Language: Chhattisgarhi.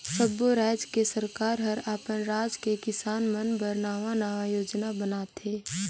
सब्बो रायज के सरकार हर अपन राज के किसान मन बर नांवा नांवा योजना बनाथे